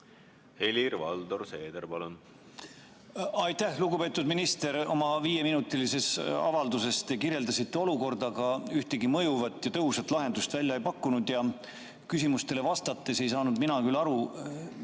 Helir-Valdor Seeder, palun! Aitäh, lugupeetud minister! Oma viieminutilises avalduses te kirjeldasite olukorda, aga ühtegi mõjuvat ja tõhusat lahendust välja ei pakkunud. Kui te küsimustele vastasite, siis ei saanud mina küll aru